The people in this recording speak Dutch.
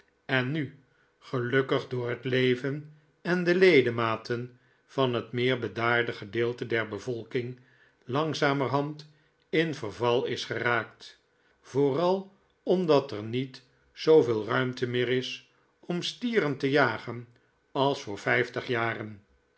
en nu gelukkig voor net leven en de ledematen van het meer bedaarde gedeelte der bevolking langzamerhand in verval isgeraakt vooral omdat er niet zooveel ruimte meer is om stieren te jagen als voor vijftig jaren